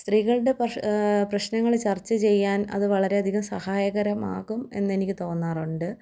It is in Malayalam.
സ്ത്രീകളുടെ പ്രഷ് പ്രശ്നങ്ങൾ ചർച്ച ചെയ്യാൻ അതു വളരെയധികം സഹായകരമാകും എന്ന് എനിക്ക് തോന്നാറുണ്ട്